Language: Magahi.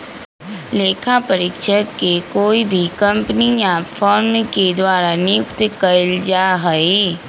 लेखा परीक्षक के कोई भी कम्पनी या फर्म के द्वारा नियुक्त कइल जा हई